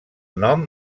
nom